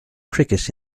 cricket